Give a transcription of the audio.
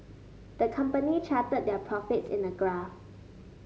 the company charted their profits in a graph